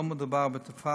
לא מדובר בתופעה,